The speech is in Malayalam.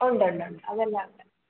ഉണ്ട് ഉണ്ട് ഉണ്ട് അതെല്ലാം ഉണ്ട്